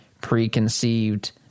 preconceived